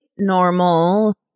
normal